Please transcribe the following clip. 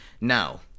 now